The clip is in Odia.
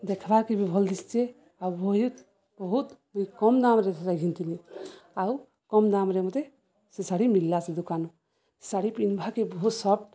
ଦେଖିବାକୁ ବି ଭଲ ଦେଖାଯାଉଛି ଆଉ ବହୁତ କମ ଦାମରେ ସେଇଟା କିଣିଥିଲି ଆଉ କମ ଦାମରେ ମୋତେ ସେ ଶାଢ଼ୀ ମିଳିଲା ସେ ଦୋକାନରୁ ଶାଢ଼ୀ ପିନ୍ଧିକି ବହୁତ ସଫ୍ଟ